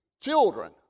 children